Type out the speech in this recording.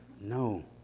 No